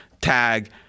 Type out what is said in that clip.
tag